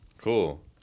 cool